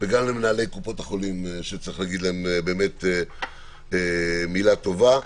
גם למנהלי קופות החולים צריך להגיד להם באמת מילה טובה.